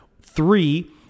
three